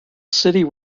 city